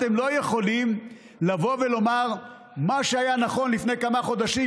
אתם לא יכולים לבוא ולומר: מה שהיה נכון לפני כמה חודשים,